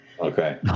okay